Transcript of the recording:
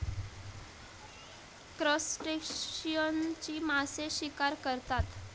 क्रस्टेशियन्सची मासे शिकार करतात